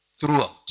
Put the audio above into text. throughout